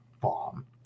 bomb